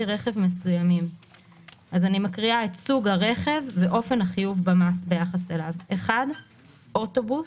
רכב מסוימים סוג הרכב אופן החיוב במס 1. אוטובוס,